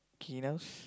Guinness